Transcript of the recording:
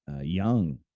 young